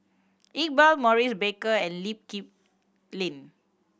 Iqbal Maurice Baker and Lee Kip Lin